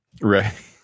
Right